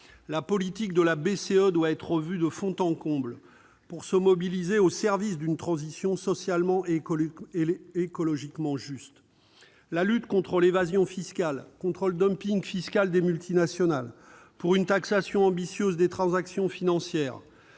européenne doit être revue de fond en comble, pour la mobiliser au service d'une transition socialement et écologiquement juste. La lutte contre l'évasion fiscale, contre le dumping fiscal des multinationales, pour une taxation ambitieuse des transactions financières,